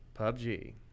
PUBG